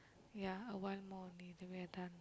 ya a while more only then we're done